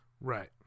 right